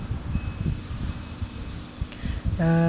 uh